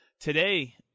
Today